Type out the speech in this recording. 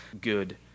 good